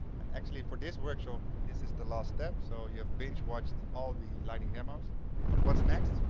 and actually for this workshop, this is the last step. so you have binge watched all the lighting demos but what's next?